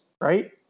right